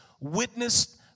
witnessed